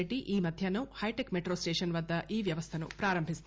రెడ్డి ఈ మధ్యాహ్నం hitech metro station వద్ద ఈ వ్యవస్థను పారంభిస్తారు